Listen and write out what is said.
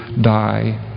die